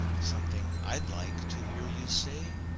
something i'd like to hear you say?